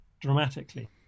dramatically